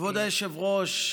כבוד היושב-ראש,